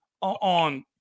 on